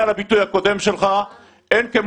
שר הבינוי והשיכון שלך רצה לקחת ולתת דיור רק לעשירים בלבד,